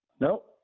Nope